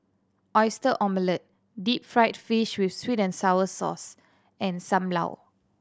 Oyster Omelette deep fried fish with sweet and sour sauce and Sam Lau